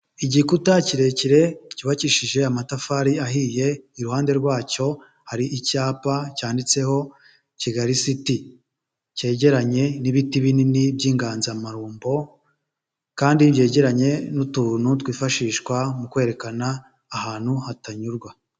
Igikuta kirekire cyubakishije amatafari ahiye, iruhande rwacyo hari icyapa cyanditseho Kigali siti, cyegeranye n'ibiti binini by'inganzamarumbo kandi byegeranye n'utuntu twifashishwa mu kwerekana ahantu hatanyurwa.